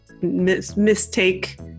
mistake